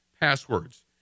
passwords